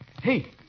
Hey